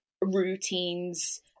routines